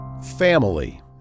Family